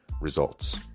results